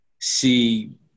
see